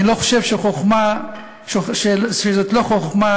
אני חושב שזאת לא חוכמה,